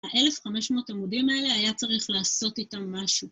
‫ה-1500 עמודים האלה ‫היה צריך לעשות איתם משהו.